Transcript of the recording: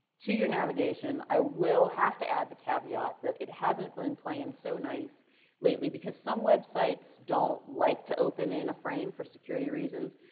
to your navigation, i will have to add the caveat that it hasn't been playing so nice lately, because some websites don't like to open in a frame for security reasons.